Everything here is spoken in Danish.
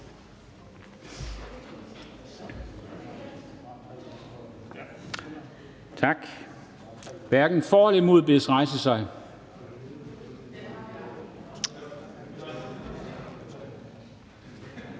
hverken for eller imod, bedes rejse sig.